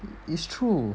it's true